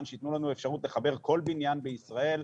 שייתנו לנו אפשרות לחבר כל בניין בישראל,